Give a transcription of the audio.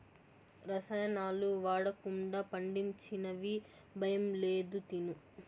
రసాయనాలు వాడకుండా పండించినవి భయం లేదు తిను